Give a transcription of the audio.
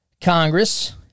Congress